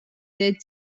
that